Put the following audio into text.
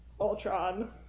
Ultron